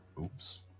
Oops